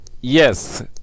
Yes